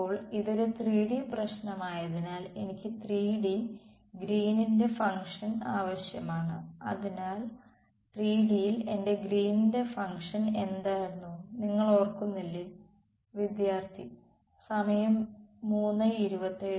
ഇപ്പോൾ ഇതൊരു 3D പ്രശ്നമായതിനാൽ എനിക്ക് 3D ഗ്രീനിന്റെ ഫംഗ്ഷൻ Green's function ആവശ്യമാണ് അതിനാൽ 3D യിൽ എന്റെ ഗ്രീനിന്റെ ഫംഗ്ഷൻ Green's function എന്തായിരുന്നു നിങ്ങൾ ഓർക്കുന്നില്ലേ